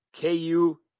KU